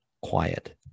quiet